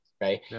right